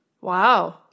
Wow